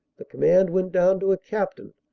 the command went down to a captain,